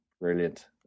brilliant